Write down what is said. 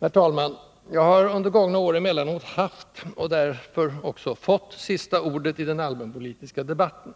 Herr talman! Jag har under gångna år emellanåt haft och därigenom också fått sista ordet i den allmänpolitiska debatten.